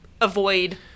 avoid